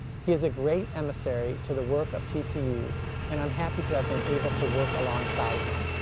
he is a great emissary to the work of tcu and i'm happy to have been able to work alongside him.